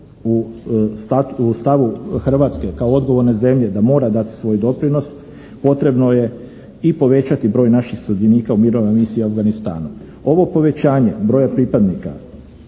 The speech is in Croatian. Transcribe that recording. u stavu Hrvatske kao odgovorne zemlje da mora dati svoj doprinos potrebno je i povećati broj naših sudionika u mirovnoj misiji u Afganistanu. Ovo povećanje broja pripadnika